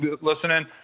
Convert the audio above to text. listening